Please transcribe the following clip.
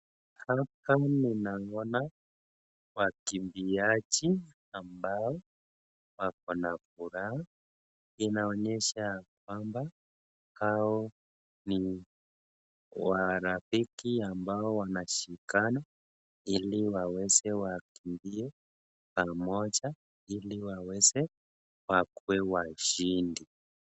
Hapa ninaona wakimbiaji ambao wako na furaha. Inaonyesha ya kwamba hao ni warafiki ambao wanashikana ili waweze wakimbie pamoja ili waweze wakue washindi.